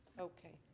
okay.